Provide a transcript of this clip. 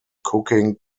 cooking